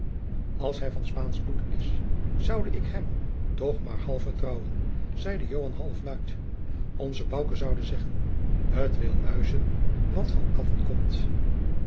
als hij van spaansch bloed is zoude ik hem toch maar half vertrouwen zeide joan half luid onze bouke zoude zeggen t wil muizen wat van katten komt